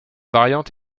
variante